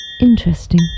Interesting